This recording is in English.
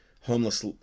Homeless